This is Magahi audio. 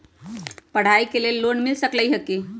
पढाई के लेल लोन मिल सकलई ह की?